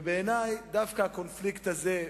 ובעיני דווקא הקונפליקט הזה,